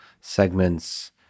segments